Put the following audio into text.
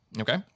Okay